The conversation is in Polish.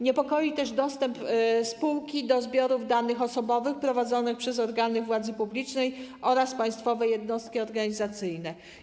Niepokoi też dostęp spółki do zbiorów danych osobowych prowadzonych przez organy władzy publicznej oraz państwowe jednostki organizacyjne.